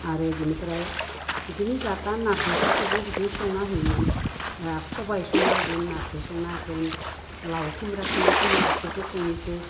आरो बिनिफ्राय बिदिनो जाथा नारजिफोरखौबो बिदिनो संना होयोमोन सबाय संना होगोन नारजि संना होगोन लाव खुमब्रा थानाय समाव इफोरखो संनोसै